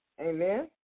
Amen